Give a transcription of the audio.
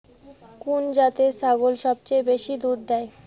কুন জাতের ছাগল সবচেয়ে বেশি দুধ দেয়?